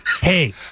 hey